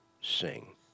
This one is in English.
sing